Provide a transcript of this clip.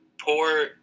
Poor